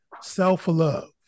self-love